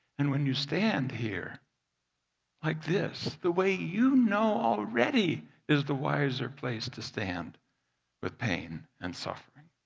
and when you stand here like this, the way you know already is the wiser place to stand with pain and suffering,